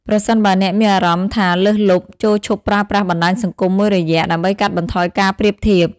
ប្រសិនបើអ្នកមានអារម្មណ៍ថាលើសលប់ ចូរឈប់ប្រើប្រាស់បណ្តាញសង្គមមួយរយៈ ដើម្បីកាត់បន្ថយការប្រៀបធៀប។